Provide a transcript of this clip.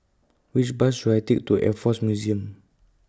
Which Bus should I Take to Air Force Museum